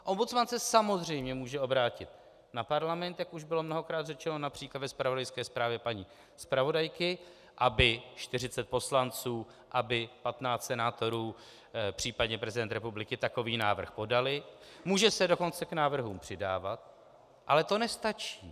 Ombudsman se samozřejmě může obrátit na Parlament, jak už bylo mnohokrát řečeno, například ve zpravodajské zprávě paní zpravodajky, aby 40 poslanců, aby 15 senátorů, případně prezident republiky takový návrh podali, může se dokonce k návrhům přidávat, ale to nestačí.